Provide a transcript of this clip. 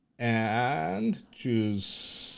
and choose